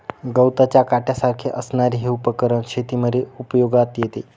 गवताच्या काट्यासारख्या असणारे हे उपकरण शेतीमध्ये उपयोगात येते